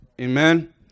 Amen